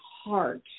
heart